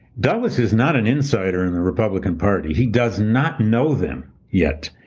dallas is not an insider in the republican party. he does not know them yet.